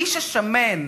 האיש השמן,